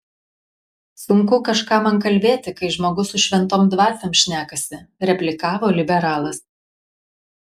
sunku kažką man kalbėti kai žmogus su šventom dvasiom šnekasi replikavo liberalas